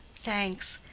thanks.